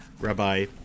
Rabbi